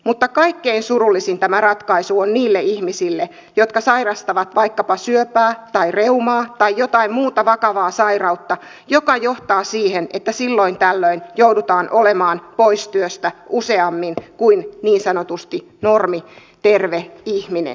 mutta kaikkein surullisin tämä ratkaisu on niille ihmisille jotka sairastavat vaikkapa syöpää tai reumaa tai jotain muuta vakavaa sairautta joka johtaa siihen että silloin tällöin joudutaan olemaan pois työstä useammin kuin niin sanotusti normi terve ihminen